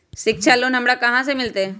शिक्षा लोन हमरा कहाँ से मिलतै?